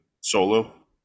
Solo